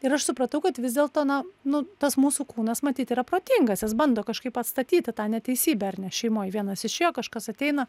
ir aš supratau kad vis dėlto na nu tas mūsų kūnas matyt yra protingas jis bando kažkaip atstatyti tą neteisybę ar ne šeimoj vienas išėjo kažkas ateina